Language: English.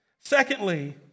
Secondly